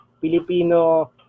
Filipino